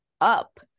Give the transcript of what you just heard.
up